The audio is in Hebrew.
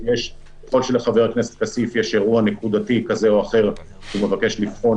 ככל שלחבר הכנסת כסיף יש אירוע נקודתי כזה או אחר שהוא מבקש לבחון,